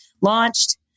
launched